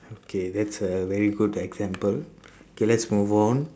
okay that's a very good example okay lets move on